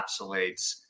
encapsulates